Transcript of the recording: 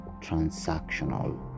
transactional